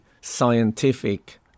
scientific